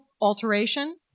alteration